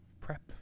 prep